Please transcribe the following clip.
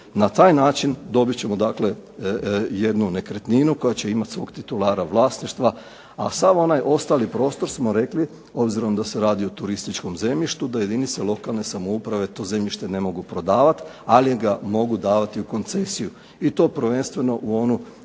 Na taj način dobit ćemo dakle jednu nekretninu koja će imati svog titulara vlasništva, a sav onaj ostali prostor smo rekli, obzirom da se radi o turističkom zemljištu da jedinice lokalne samouprave to zemljište ne mogu prodavati, ali ga mogu davati u koncesiju, i to prvenstveno u onu